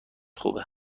خوبه